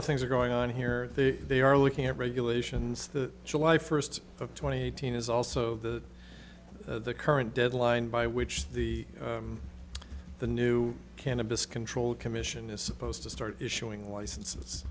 of things are going on here they are looking at regulations the july first of twenty eighteen is also the the current deadline by which the the new cannabis control commission is supposed to start issuing licenses